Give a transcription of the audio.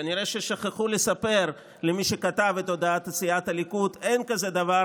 כנראה שכחו לספר למי שכתב את הודעת סיעת הליכוד: אין כזה דבר,